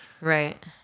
Right